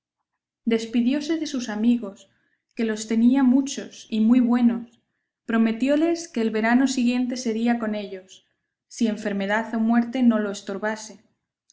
despidióse de sus amigos que los tenía muchos y muy buenos prometióles que el verano siguiente sería con ellos si enfermedad o muerte no lo estorbase